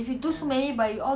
can do at like car parks